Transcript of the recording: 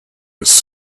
was